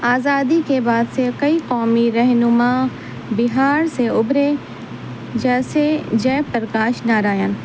آزادی کے بعد سے کئی قومی رہنما بہار سے ابھرے جیسے جے پرکاش نارائن